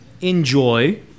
enjoy